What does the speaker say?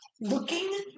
Looking